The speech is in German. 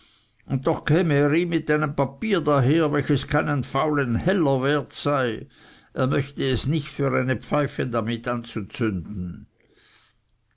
und doch käme er ihm mit einem papier daher welches keinen faulen heller wert sei er möchte es nicht für eine pfeife damit anzuzünden